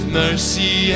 mercy